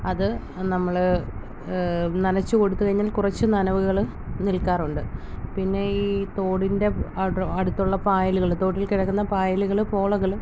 അത് നമ്മൾ നനച്ചു കൊടുത്തു കഴിഞ്ഞാൽ കുറച്ച് നനവുകൾ നിൽക്കാറുണ്ട് പിന്നെ ഈ തോടിൻ്റെ അട് അടുത്തുള്ള പായലുകൾ തോട്ടിൽ കിടക്കുന്ന പായലുകൾ പോളകൾ